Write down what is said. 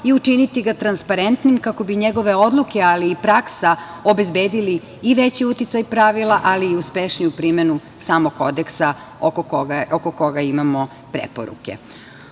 i učiniti ga transparentnim kako bi njegove odluke, ali i praksa obezbedili i veći uticaj pravila, ali i uspešniju primenu samog kodeksa oko koga imamo preporuke. Ukoliko